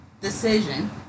decision